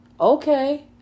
okay